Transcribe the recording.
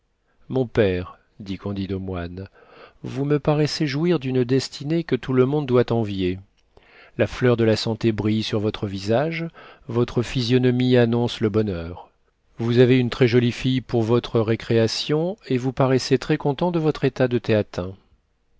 mon père dit candide au moine vous me paraissez jouir d'une destinée que tout le monde doit envier la fleur de la santé brille sur votre visage votre physionomie annonce le bonheur vous avez une très jolie fille pour votre récréation et vous paraissez très content de votre état de théatin